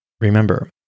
Remember